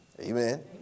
Amen